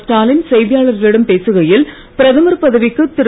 ஸ்டாலின் செய்தியாளர்களிடம் பேசுகையில் பிரதமர் பதவிக்கு திரு